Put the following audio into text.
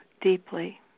deeply